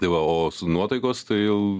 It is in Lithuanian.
tai va o nuotaikos tai jau